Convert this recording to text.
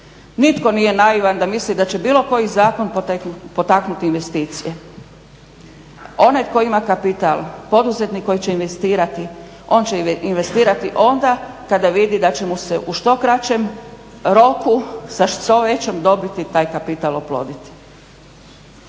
Nitko nije naivan da misli da će bilo koji zakon potaknuti investicije. Onaj tko ima kapital, poduzetnik koji će investirati, on će investirati onda kada vidi da će mu se u što kraćem roku sa što većom dobiti taj kapital oploditi.